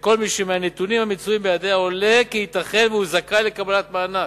לכל מי שמהנתונים המצויים בידיה עולה כי ייתכן שהוא זכאי לקבלת המענק.